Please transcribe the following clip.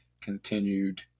continued